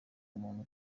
umuntu